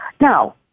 Now